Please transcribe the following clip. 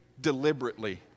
deliberately